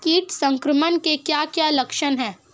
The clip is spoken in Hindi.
कीट संक्रमण के क्या क्या लक्षण हैं?